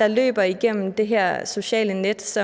der løber igennem det her sociale net.